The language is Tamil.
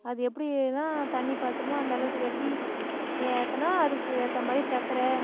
அது எப்படின்னா தண்ணி பாசுறோமோ அந்த அளவுக்கு வெட்டி ஏத்தனா அதுக்கு ஏற்றா மாதிரி சக்கரை